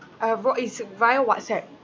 uh vo~ is via whatsapp